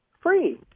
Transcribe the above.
free